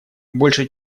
больше